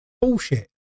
bullshit